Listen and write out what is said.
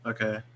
Okay